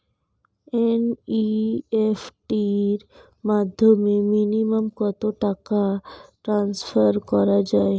NEFT র মাধ্যমে minimum কত টাকা টান্সফার করা যায়?